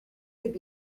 could